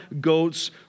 goats